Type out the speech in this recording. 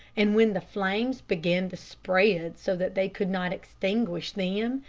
and when the flames began to spread so that they could not extinguish them,